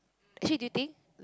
actually do you think